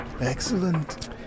Excellent